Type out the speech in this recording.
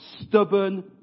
stubborn